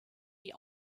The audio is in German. die